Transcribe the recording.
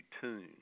tune